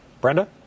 Brenda